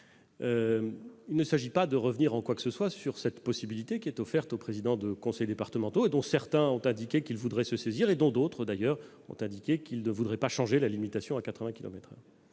Il ne s'agit pas de revenir en quoi que ce soit sur cette possibilité offerte aux présidents de conseils départementaux, dont certains ont indiqué qu'ils voudraient se saisir quand d'autres, d'ailleurs, ont affirmé qu'ils ne souhaitaient pas changer la limitation à 80 kilomètres-heure.